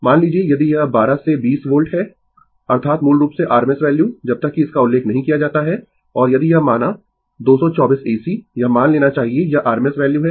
मान लीजिए यदि यह 12 से 20 वोल्ट है अर्थात मूल रूप से RMS वैल्यू जब तक कि इसका उल्लेख नहीं किया जाता है और यदि यह माना 224 AC यह मान लेना चाहिए यह RMS वैल्यू है